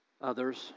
others